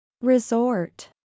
Resort